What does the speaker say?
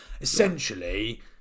Essentially